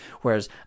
Whereas